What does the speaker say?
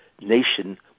nation